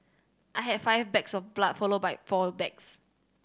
I had five bags of blood followed by four bags